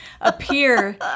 appear